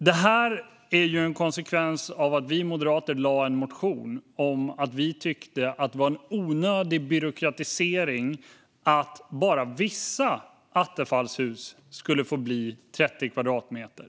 Detta är en konsekvens av att vi moderater lade fram en motion, då vi tyckte att det var en onödig byråkratisering att bara vissa attefallshus skulle få bli 30 kvadratmeter.